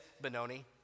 Benoni